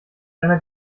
einer